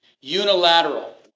Unilateral